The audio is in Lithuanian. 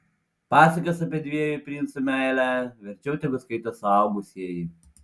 pasakas apie dviejų princų meilę verčiau tegu skaito suaugusieji